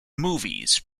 movies